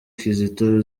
kizito